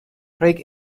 craig